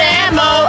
ammo